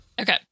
Okay